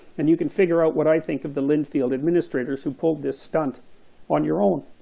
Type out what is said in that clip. and you can figure out what i think of the linfield administrators who pulled the stunt on your own.